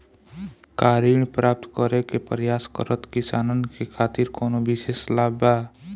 का ऋण प्राप्त करे के प्रयास करत किसानन के खातिर कोनो विशेष लाभ बा